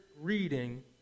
reading